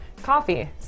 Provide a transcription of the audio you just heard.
coffee